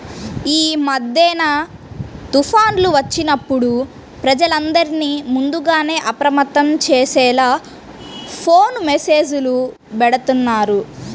యీ మద్దెన తుఫాన్లు వచ్చినప్పుడు ప్రజలందర్నీ ముందుగానే అప్రమత్తం చేసేలా ఫోను మెస్సేజులు బెడతన్నారు